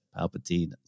Palpatine